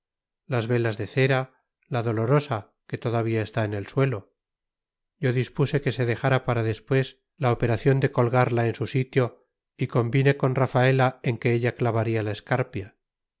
las velas de cera la dolorosa que todavía está en el suelo yo dispuse que se dejara para después la operación de colgarla en su sitio y convine con rafaela en que ella clavaría la escarpia